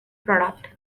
product